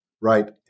right